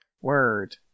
Word